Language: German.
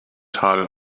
tal